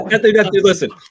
listen